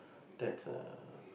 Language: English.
that's a